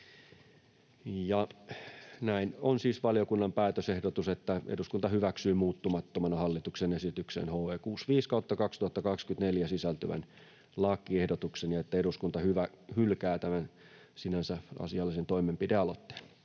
Näin siis valiokunnan päätösehdotus on, että eduskunta hyväksyy muuttamattomana hallituksen esitykseen HE 65/2024 sisältyvän lakiehdotuksen ja että eduskunta hylkää tämän sinänsä asiallisen toimenpidealoitteen.